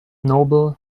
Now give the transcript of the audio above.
noble